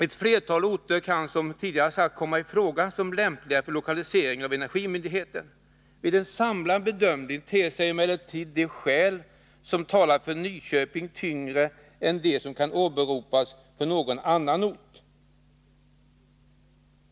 Ett flertal orter kan — som tidigare sagts — komma i fråga som lämpliga för lokalisering av energimyndigheterna. Vid en samlad bedömning ter sig emellertid de skäl som talar för Nyköping väga tyngre än de som kan åberopas för någon annan ort.